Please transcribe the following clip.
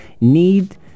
need